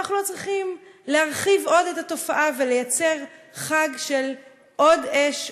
אנחנו לא צריכים להרחיב עוד את התופעה ולייצר חג של עוד אש,